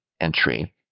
entry